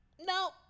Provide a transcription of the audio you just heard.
no